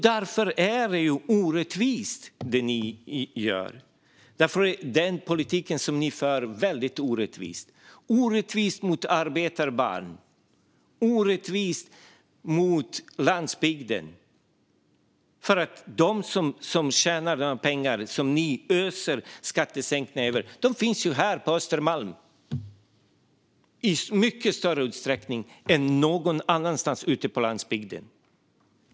Den politik ni för är väldigt orättvis, orättvis mot arbetarbarn och orättvis mot landsbygden, för de som ni öser skattesänkningar över finns ju här på Östermalm i mycket större utsträckning än någonstans ute på landsbygden.